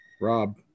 rob